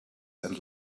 and